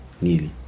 nearly